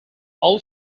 all